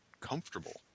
comfortable